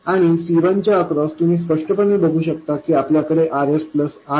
आणि C1 च्या across तुम्ही स्पष्टपणे बघू शकता की आपल्याकडे Rs Rin